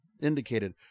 indicated